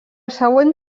següent